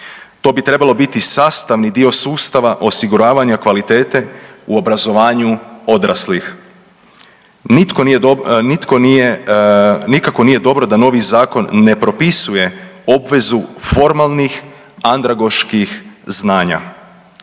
To bi trebalo biti sastavni dio sustava osiguravanja kvalitete u obrazovanju odraslih. Nikako nije dobro da novi zakon ne propisuje obvezu formalnih andragoških znanja